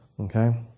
Okay